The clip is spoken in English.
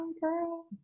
girl